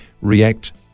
react